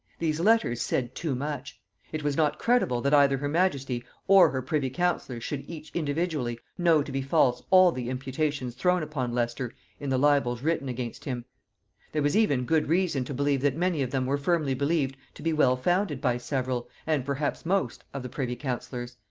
these letters said too much it was not credible that either her majesty or her privy-councillors should each individually know to be false all the imputations thrown upon leicester in the libels written against him there was even good reason to believe that many of them were firmly believed to be well founded by several, and perhaps most, of the privy-councillors